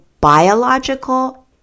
biological